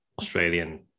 australian